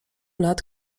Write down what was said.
lat